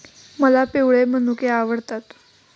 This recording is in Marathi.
मला पिवळे मनुके आवडतात